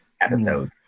episode